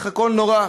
איך הכול נורא.